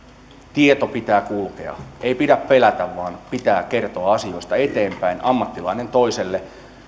tiedon pitää kulkea ei pidä pelätä vaan pitää kertoa asioista eteenpäin ammattilainen toiselle